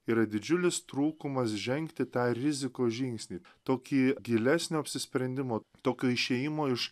yra didžiulis trūkumas žengti tą rizikos žingsnį tokį gilesnio apsisprendimo tokio išėjimo iš